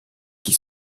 qui